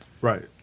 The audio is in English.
Right